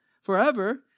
forever